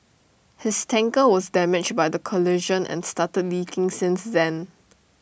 his tanker was damaged by the collision and started leaking since then